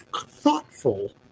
thoughtful